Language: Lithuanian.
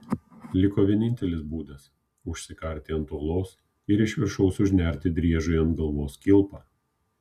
liko vienintelis būdas užsikarti ant uolos ir iš viršaus užnerti driežui ant galvos kilpą